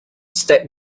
step